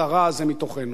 אני מאוד מודה לך, אדוני.